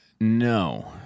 No